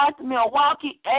Milwaukee